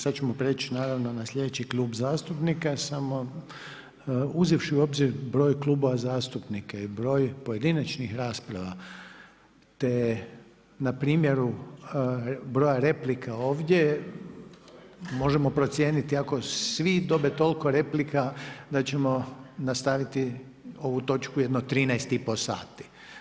Sad ćemo preći naravno na slijedeći Klub zastupnika, samo uzevši u obzir broj klubova zastupnika i broj pojedinačnih rasprava te na primjeru broja replika ovdje, možemo procijeniti ako svi dobe toliko replika, da ćemo nastaviti ovu točku jedno 13 i pol sati.